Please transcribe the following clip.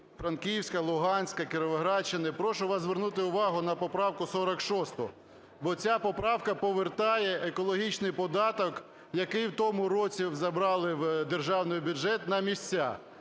Франківська, Луганська, Кіровоградщини, прошу вас звернути увагу на поправку 46, бо ця поправка повертає екологічний податок, який в тому році забрали в державний бюджет на місця.